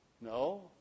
No